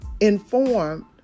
informed